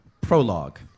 prologue